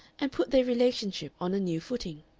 and put their relationship on a new footing.